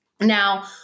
Now